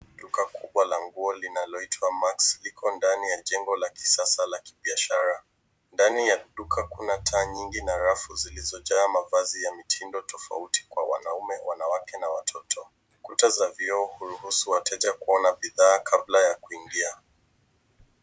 Duka kubwa la nguo linaloitwa max liko ndani ya jengo la kisasa la kibiashara. Ndani ya duka kuna taa nyingi na rafu zilizojaa mavazi ya mitindo tofauti kwa wanaume, wanawake na watoto. Kuta za vioo huruhusu wateja kuona bidhaa kabla ya kuingia.